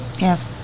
Yes